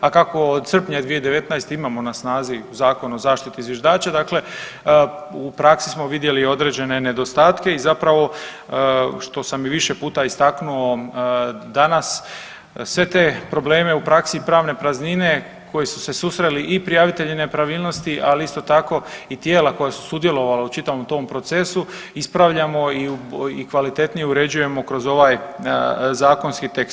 A kako od srpnja 2019. imamo na snazi Zakon o zaštiti zviždača dakle u praksi smo vidjeli određene nedostatke i zapravo što sam i više puta istaknuo, danas sve te probleme u praksi i pravne praznine koje su se susreli i prijavitelji nepravilnosti, ali isto tako i tijela koja su djelovala u čitavom tom procesu ispravljamo i kvalitetnije uređujemo kroz ovaj zakonski tekst.